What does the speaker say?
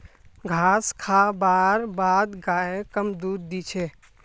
घास खा बार बाद गाय कम दूध दी छे